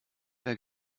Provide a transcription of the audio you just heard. wäre